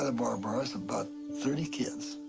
the barbed wire was about thirty kids,